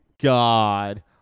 God